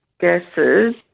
Guesses